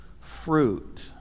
fruit